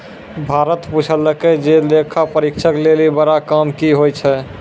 प्रभात पुछलकै जे लेखा परीक्षक लेली बड़ा काम कि होय छै?